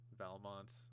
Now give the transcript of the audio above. Valmont